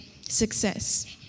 success